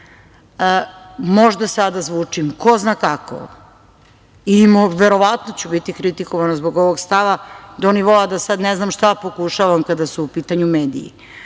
sada zvučim ko zna kako, verovatno ću biti kritikovana zbog ovog stava do nivoa da sad ne znam šta pokušavam kada su u pitanju mediji,